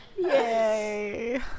yay